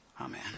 Amen